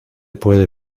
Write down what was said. puede